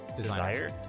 Desire